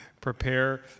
prepare